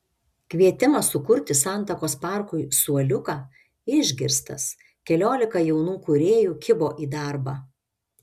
kvietimas sukurti santakos parkui suoliuką išgirstas keliolika jaunų kūrėjų kibo į darbą